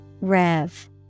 Rev